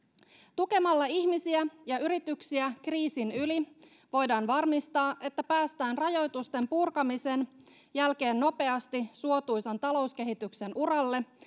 tukemalla ihmisiä ja yrityksiä kriisin yli voidaan varmistaa että päästään rajoitusten purkamisen jälkeen nopeasti suotuisan talouskehityksen uralle